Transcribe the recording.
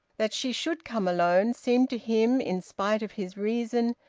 that she should come alone seemed to him, in spite of his reason,